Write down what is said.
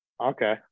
Okay